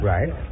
Right